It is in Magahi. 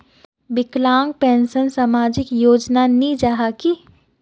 विकलांग पेंशन सामाजिक योजना नी जाहा की?